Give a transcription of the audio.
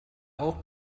auch